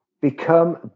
Become